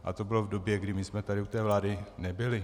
A to bylo v době, kdy my jsme tady u té vlády nebyli.